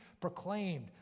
proclaimed